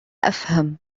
أفهم